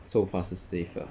so far 是 safe 的